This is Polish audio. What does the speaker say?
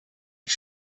ich